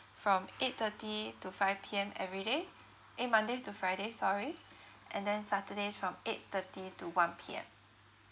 from eight thirty to five P_M everyday eh mondays to fridays sorry and then saturday is from eight thirty to one P_M